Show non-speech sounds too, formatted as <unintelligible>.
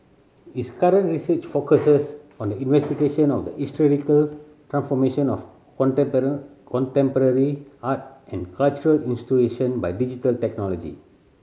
his current research focuses on the investigation of the historical transformation of <unintelligible> contemporary art and cultural <unintelligible> by digital technology